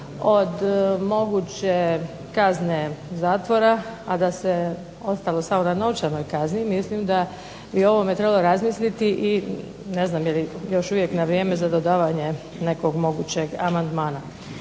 od moguće kazne zatvora, a da se ostalo samo na novčanoj kazni, mislim da je o ovome trebalo razmisliti i ne znam jeli još uvijek vrijeme za dodavanje nekog mogućeg amandmana.